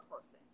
person